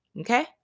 Okay